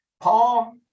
Paul